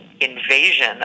invasion